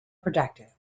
productive